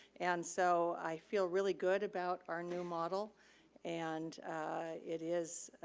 and so, i feel really good about our new model and it is,